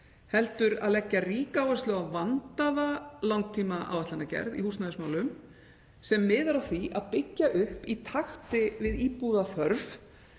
heldur að leggja ríka áherslu á vandaða langtímaáætlanagerð í húsnæðismálum sem miðar að því að byggja upp í takti við íbúðaþörf